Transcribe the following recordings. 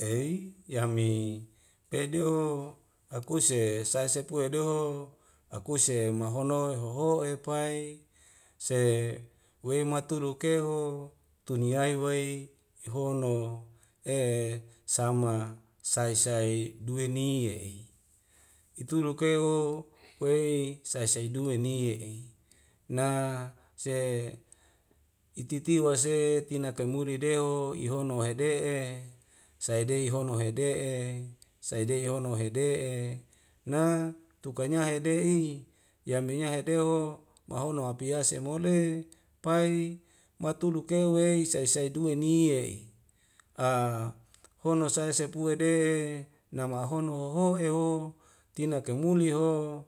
Ei yami pedo akuse sae sepue hedoho akuse mahono hoho'e pai se wema turuk keho tuni wai wei ehono e sama sai sai duwe ni ye'i ituruk e o wei sai saidue ni ye'i na se ititiwa se tina kaimuri deho ihono hede'e saidei yehono hede'e saide hono hede'e na tukanya hede'i yaminya hedeo o mahono hapiase mole pai matuluk e wei sai sai duwe ni ye'i a hono sai sepua de namahono hoho e'o tina kaimuli ho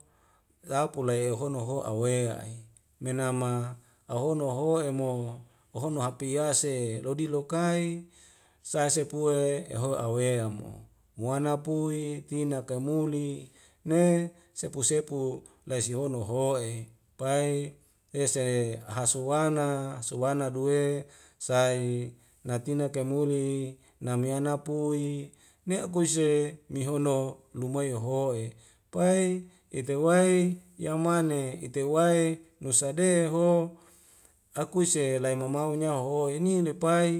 lapu la yahono ho awea a'i. menama ahono ho'e mo ohono hapiase lodi lokai sae sepue e eho awea mo muana pui tina kaimuli ne sepu sepu laisihono ho'e pai lesele aha suana asuana duwe sai natina kaimuli namiana pui ne'kuese mihono lumai ohoe' pai itewai yamane itewai nusa deho akuise lae mau mau nyau ho ine depai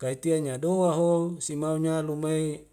kaitia nyadua ho simaunya lumei